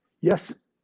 Yes